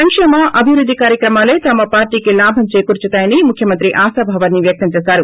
సంక్షేమ అభివృద్గి కార్యక్రమాలే తమ పార్లీకి లాభం చేకుర్చుతాయని ముఖ్యమంత్రి ఆశాభావం వ్యక్తం చేశారు